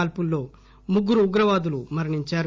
కాల్పుల్లో ముగ్గురు ఉగ్రవాదులు మరణించారు